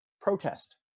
Protest